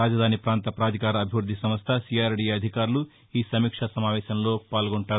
రాజధాని ప్రాంత ప్రాధికార అభివృద్ది సంస్ద సిఆర్డిఎ అధికారులు ఈ సమీక్షా సమావేశంలో పాల్గొంటారు